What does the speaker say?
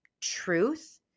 truth